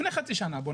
לפני חצי שנה,